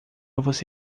você